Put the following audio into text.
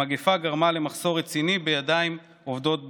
המגפה גרמה למחסור רציני בידיים עובדות בענף.